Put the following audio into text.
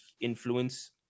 influence